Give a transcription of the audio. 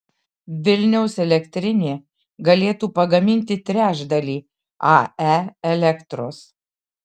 vilniaus elektrinė galėtų pagaminti trečdalį ae elektros